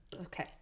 okay